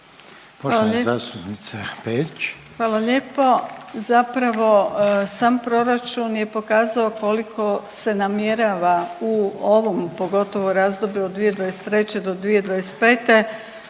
Grozdana (HDZ)** Hvala lijepo. Zapravo sam proračun je pokazao koliko se namjerava u ovom pogotovo razdoblju od 2023.-2025.